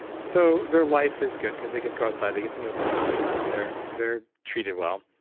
so, their life is good, because they get to go outside, they get to move around, and they're they're treated well.